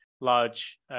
large